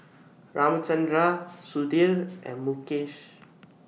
Ramchundra Sudhir and Mukesh